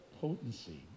potency